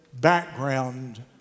background